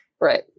Right